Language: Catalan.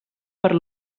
per